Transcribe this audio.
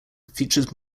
features